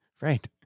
right